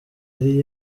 hari